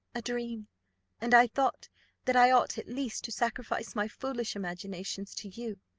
a dream and i thought that i ought at least to sacrifice my foolish imaginations to you,